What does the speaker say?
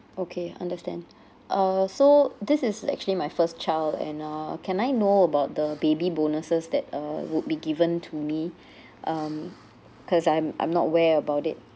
okay understand uh so this is actually my first child and uh can I know about the baby bonuses that uh would be given to me um cause I'm I'm not aware about it